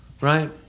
Right